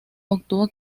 obtuvo